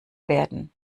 werden